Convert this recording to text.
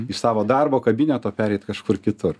iš savo darbo kabineto pereit kažkur kitur